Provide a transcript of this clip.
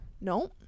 No